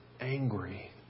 angry